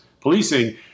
policing